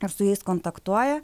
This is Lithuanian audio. ir su jais kontaktuoja